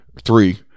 three